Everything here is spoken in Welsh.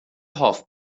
hoff